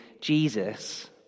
Jesus